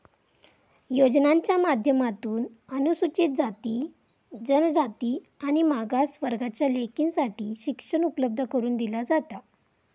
योजनांच्या माध्यमातून अनुसूचित जाती, जनजाति आणि मागास वर्गाच्या लेकींसाठी शिक्षण उपलब्ध करून दिला जाता